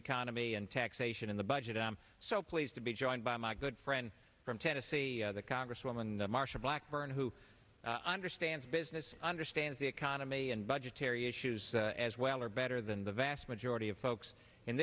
economy and taxation in the budget i'm so pleased to be joined by my good friend from tennessee congresswoman marsha blackburn who understands business understands the economy and budgetary issues as well or better than the vast majority of folks